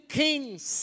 kings